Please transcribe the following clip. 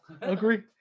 Agree